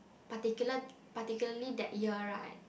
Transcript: particular particularly that year right